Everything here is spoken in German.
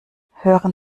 hören